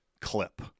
clip